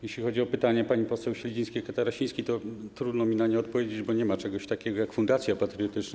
Jeśli chodzi o pytanie pani poseł Śledzińskiej-Katarasińskiej, to trudno mi na nie odpowiedzieć, bo nie ma czegoś takiego jak fundacja patriotyczna.